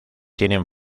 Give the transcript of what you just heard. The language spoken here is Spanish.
tienen